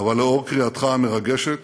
אבל לאור קריאתך המרגשת,